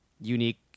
unique